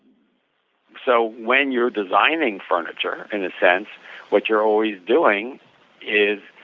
so when you're designing furniture in a sense what you're always doing is